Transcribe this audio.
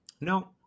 no